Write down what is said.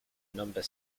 number